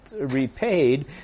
repaid